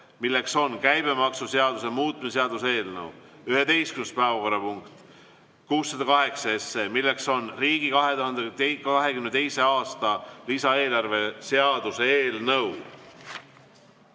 milleks on käibemaksuseaduse muutmise seaduse eelnõu; 11. päevakorrapunkt, 608 SE, milleks on riigi 2022. aasta lisaeelarve seaduse eelnõu.